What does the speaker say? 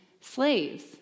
slaves